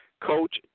Coach